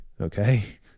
Okay